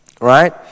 right